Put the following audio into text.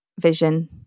vision